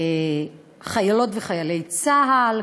חיילות וחיילי צה"ל,